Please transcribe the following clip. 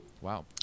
Wow